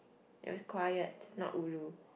it was quiet not ulu